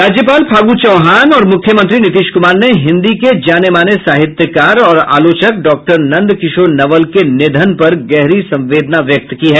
राज्यपाल फागू चौहान और मुख्यमंत्री नीतीश कुमार ने हिन्दी के जाने माने साहित्यकार और आलोचक डॉक्टर नंदकिशोर नवल के निधन पर गहरी संवेदना व्यक्त की है